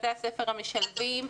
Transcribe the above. בתי-הספר המשלבים,